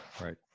Right